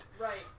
right